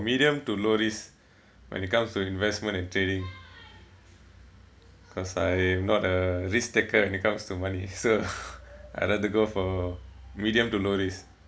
medium to low risk when it comes to investment and trading because I'm not a risk taker when it comes to money so I'd rather go for medium to low risk